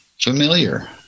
familiar